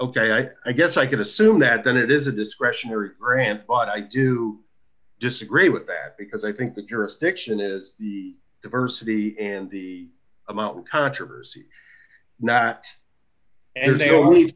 ok i guess i can assume that then it is a discretionary ramp but i do disagree with that because i think the jurisdiction is the diversity and the amount of controversy not and they always